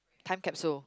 time capsule